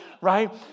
right